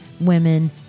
Women